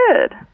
Good